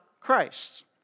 Christ